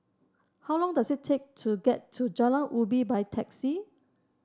how long does it take to get to Jalan Ubi by taxi